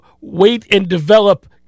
wait-and-develop